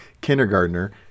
kindergartner